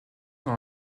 dans